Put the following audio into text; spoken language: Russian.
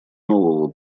нового